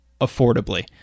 affordably